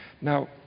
Now